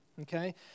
okay